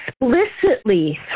Explicitly